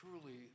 truly